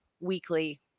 weekly